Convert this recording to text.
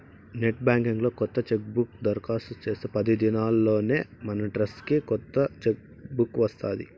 net banking లో కొత్త chequebook దరకాస్తు చేస్తే పది దినాల్లోనే మనడ్రస్కి కొత్త చెక్ బుక్ వస్తాది